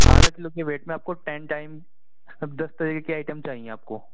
آدھا کلو کے ویٹ میں آپ کو ٹین ٹائم دس طرح کی آئٹم چاہئیں آپ کو